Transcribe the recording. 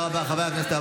חברי הכנסת,